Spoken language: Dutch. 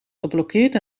geblokkeerd